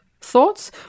thoughts